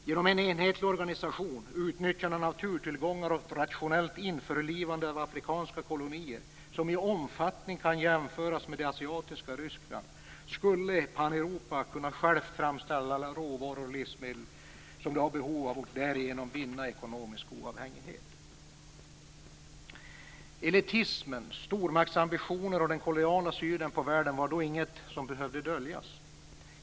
- Genom enhetlig organisation, utnyttjande av naturtillgångarna och rationellt införlivande av de afrikanska kolonierna, som i omfattning kunna jämföras med asiatiska Ryssland, skulle Paneuropa kunna självt framställa alla råvaror och livsmedel, som det har behov av och därigenom vinna ekonomisk oavhängighet." Elitismen, stormaktsambitionerna och den koloniala synen på världen var då inget som behövde döljas.